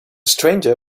stranger